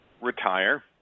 retire